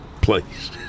place